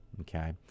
okay